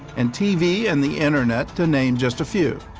and tv and the internet to name just a few.